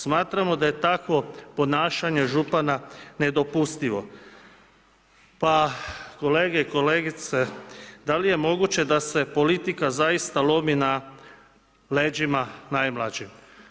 Smatramo da je takvo ponašanje župana nedopustivo Pa kolege i kolegice, da li je moguće da se politika zaista lomi na leđima najmlađih?